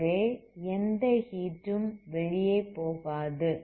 ஆகவே எந்த ஹீட் ம் வெளியே போகாது